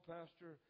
Pastor